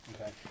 Okay